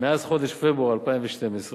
מאז חודש פברואר 2012,